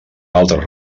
altres